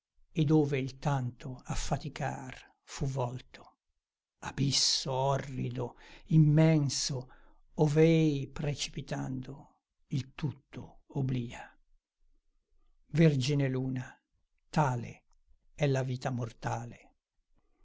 via e dove il tanto affaticar fu volto abisso orrido immenso ov'ei precipitando il tutto obblia vergine luna tale è la vita mortale